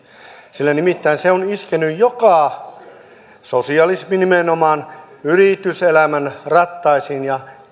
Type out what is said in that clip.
sillä nimittäin se on iskenyt sosialismi nimenomaan yrityselämän rattaisiin ja